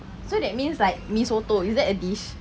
so that means like mee soto is that a dish